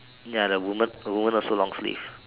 ya the woman the woman also long sleeve